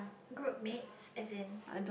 group mates as in